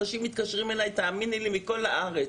אנשים מתקשרים אליי, תאמיני לי, מכל הארץ,